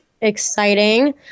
exciting